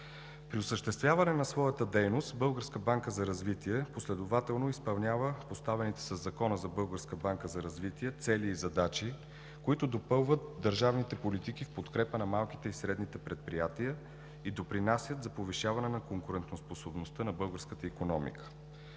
При осъществяване на своята дейност Българската банка за развитие последователно изпълнява поставените със Закона за Българската банка за развитие цели и задачи, които допълват държавните политики в подкрепа на малките и средните предприятия и допринасят за повишаване на конкурентоспособността на българската икономика.